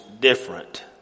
different